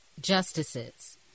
justices